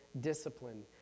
discipline